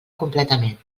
completament